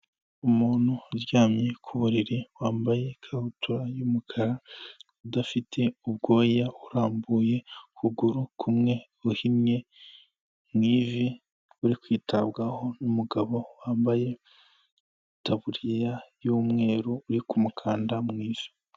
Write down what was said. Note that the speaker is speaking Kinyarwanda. Umuntu uryamye ku buriri wambaye ikabutura y'umukara udafite ubwoya urambuye ukuguru kumwe uhinnye mu ivi, uri kwitabwaho n'umugabo wambaye itaburiya y'umweru uri mukanda mu ivi.